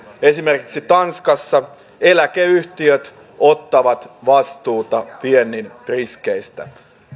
esimerkiksi tanskassa eläkeyhtiöt ottavat vastuuta viennin riskeistä